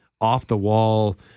off-the-wall